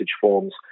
forms